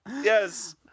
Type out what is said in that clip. Yes